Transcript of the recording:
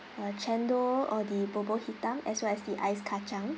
uh chendol or the bubur hitam as well as the ice kacang